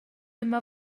yma